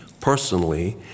personally